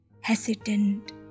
hesitant